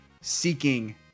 seeking